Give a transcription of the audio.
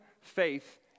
faith